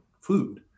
food